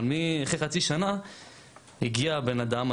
אבל אחרי חצי שנה הגיע בן אדם,